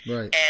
Right